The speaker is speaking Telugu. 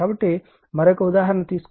కాబట్టి మరొక ఉదాహరణ తీసుకోండి